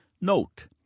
Note